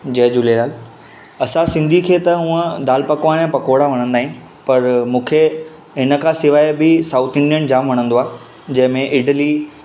जय झूलेलाल असां सिंधी खे त हूंअं दाल ऐं पकवान पकोड़ा वणंदा आहिनि पर मूंखे हिन खां सवाइ बि साउथ इंडियन जामु वणंदो आहे जंहिं में इडली